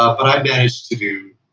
ah but i managed to do